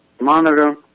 monitor